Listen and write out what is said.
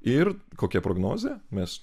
ir kokia prognozė mes